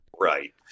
right